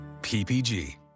PPG